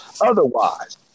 otherwise